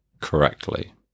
correctly